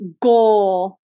goal